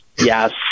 Yes